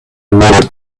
word